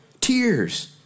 tears